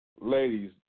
Ladies